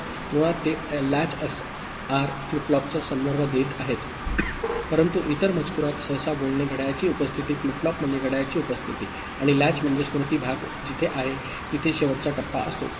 तर मुळात ते लॅच एसआर फ्लिप फ्लॉपचा संदर्भ देत आहेत परंतु इतर मजकूरात सहसा बोलणे घड्याळाची उपस्थिती फ्लिप फ्लॉप म्हणजे घड्याळाची उपस्थिती आणि लॅच म्हणजे स्मृती भाग जिथे आहे तिथे शेवटचा टप्पा असतो